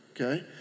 Okay